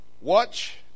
Watch